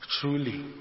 truly